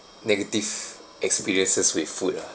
negative experiences with food ah